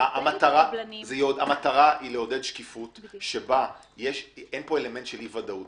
המטרה היא לעודד שקיפות שבה אין אלמנט של אי-ודאות,